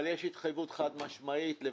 אבל יש התחייבות חד משמעית מראש אגף